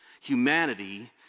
Humanity